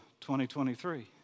2023